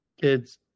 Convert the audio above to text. kids